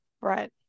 Right